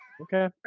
Okay